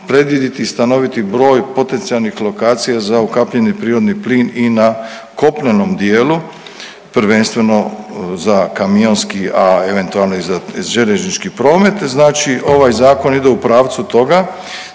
predviditi stanoviti broj potencijalnih lokacija za ukapljeni prirodni plin i na kopnenom dijelu prvenstveno za kamionski, a eventualno i za željeznički promet. Znači ovaj zakon ide u pravcu toga